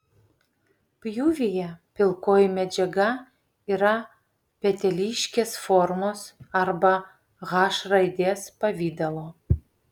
pjūvyje pilkoji medžiaga yra peteliškės formos arba h raidės pavidalo